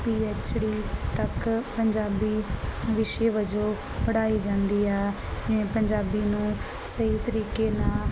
PhD ਤੱਕ ਪੰਜਾਬੀ ਵਿਸ਼ੇ ਵਜੋਂ ਪੜ੍ਹਾਈ ਜਾਂਦੀ ਆ ਪੰਜਾਬੀ ਨੂੰ ਸਹੀ ਤਰੀਕੇ ਨਾਲ